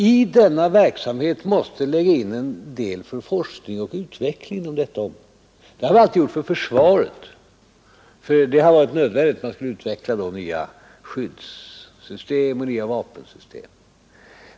I denna verksamhet måste läggas in en hel del för forskning och utveckling. Så har vi alltid gjort när det gällt försvaret. Där har det varit nödvändigt för att utveckla nya skyddssystem och nya vapensystem.